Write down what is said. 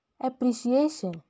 appreciation